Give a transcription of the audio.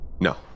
no